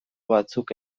batzuk